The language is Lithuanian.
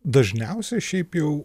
dažniausiai šiaip jau